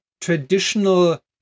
traditional